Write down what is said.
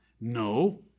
No